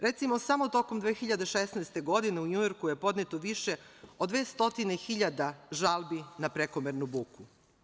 Recimo, samo tokom 2016. godine u Njujorku je podneto više od dve stotine hiljada žalbi na prekomernu buku.